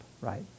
right